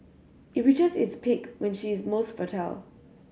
it reaches its peak when she is most fertile